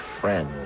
friends